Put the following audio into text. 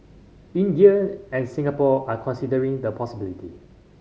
India and Singapore are considering the possibility